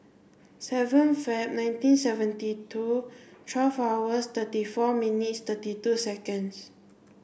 seven Feb nineteen seventy two twelve hours thirty four minutes thirty two seconds